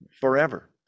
forever